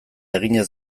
eginez